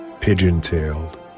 Pigeon-tailed